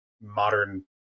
modern